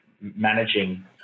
managing